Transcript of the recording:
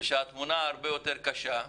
ושהתמונה הרבה יותר קשה,